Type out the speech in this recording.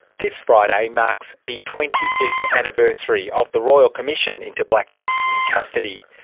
this friday marks the twenty fifth anniversary of the royal commission into black deaths in custody.